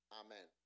amen